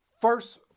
First